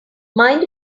mind